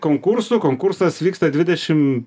konkursų konkursas vyksta dvidešim